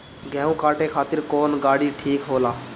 गेहूं काटे खातिर कौन गाड़ी ठीक होला?